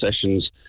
sessions